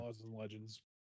Legends